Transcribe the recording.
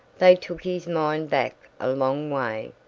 they took his mind back a long way,